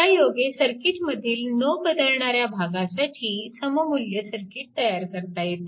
त्यायोगे सर्किटमधील न बदलणाऱ्या भागासाठी सममुल्य सर्किट तयार करता येते